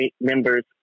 members